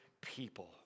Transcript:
people